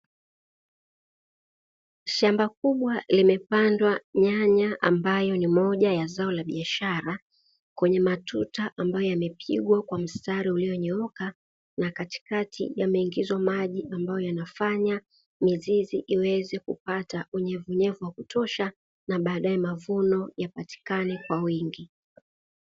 Shamba kubwa limepandwa nyanya ambayo ni moja ya zao la biashara kwenye matuta ambayo yamepigwa kwa mstari uliyonyooka, na katikati yameingizwa maji ambayo yanafanya mizizi iweze kupata unyevunyevu wa kutosha na baadae mavuno yapatikane kwa wingi.